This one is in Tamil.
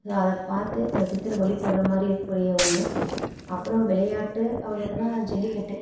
அதை பார்த்து அந்த சித்தரை வழிபடுற மாதிரி இருக்கக்கூடிய ஒன்று அப்றம் விளையாட்டு அப்றம் பாத்தோம்னா ஜல்லிக்கட்டு